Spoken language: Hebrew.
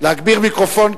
להגביר מיקרופון,